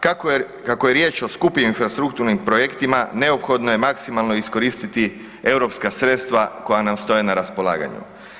Kako je riječ o skupim infrastrukturnim projektima neophodno je maksimalno iskoristiti europska sredstva koja nam stoje na raspolaganju.